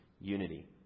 unity